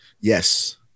Yes